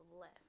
less